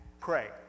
pray